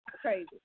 crazy